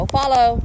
follow